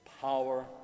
power